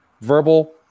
verbal